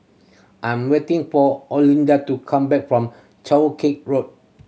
I'm waiting for Olinda to come back from Cheow Kee Road